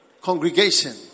congregation